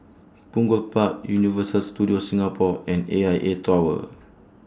Punggol Park Universal Studios Singapore and A I A Tower